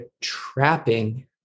trapping